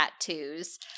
tattoos